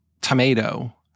tomato